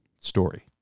story